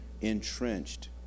entrenched